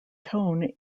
tone